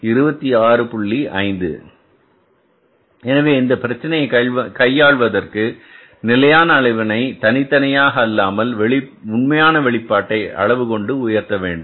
5 எனவே இந்தப் பிரச்சினையை கையாள்வதற்கு நிலையான அளவினை தனியாக அல்லாமல் உண்மையான வெளிப்பாட்டை அளவு கொண்டு உயர்த்த வேண்டும்